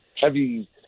heavy